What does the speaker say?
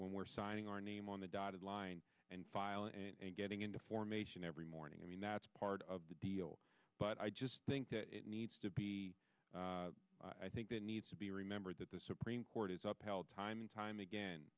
when we're signing our name on the dotted line and file and getting into formation every morning i mean that's part of the deal but i just think that it needs to be i think that needs to be remembered that the supreme court is up held time and time again